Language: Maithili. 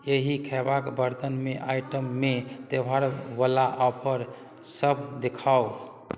एहि खएबाक बरतनमे आइटममे त्योहारवला ऑफर सब देखाउ